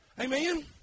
Amen